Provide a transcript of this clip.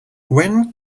when